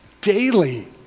daily